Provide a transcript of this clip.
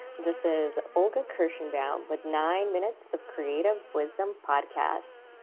this is olga kirshenbaum with nine minutes of creative wisdom podcast,